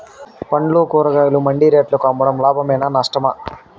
పండ్లు కూరగాయలు మండి రేట్లకు అమ్మడం లాభమేనా నష్టమా?